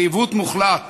זה עיוות מוחלט.